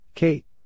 Kate